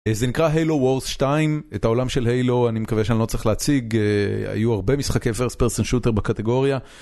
זה נקרא Halo Wars 2, את העולם של הלו, אני מקווה שלא צריך להציג, היו הרבה משחקי 1st person shooter בקטגוריה.